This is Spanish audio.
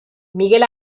miguel